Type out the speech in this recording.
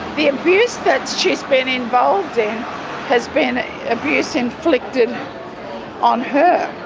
the abuse that she's been involved in has been abuse inflicted on her.